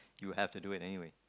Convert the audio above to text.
you have to do it anyway